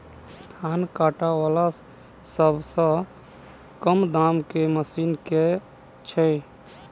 धान काटा वला सबसँ कम दाम केँ मशीन केँ छैय?